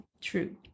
True